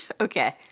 Okay